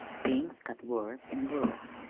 things got worse an' worse.